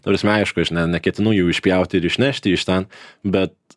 ta prasme aišku aš ne neketinu jų išpjauti ir išnešti iš ten bet